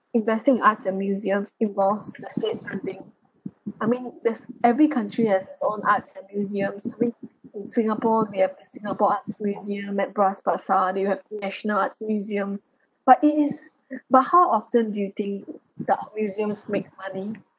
investing in arts and museums involves the state funding I mean there's every country has its own arts and museums I mean in singapore we have the singapore arts museum at bras basah they have national arts museum but it is but how often do you think the art museums make money